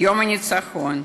יום הניצחון,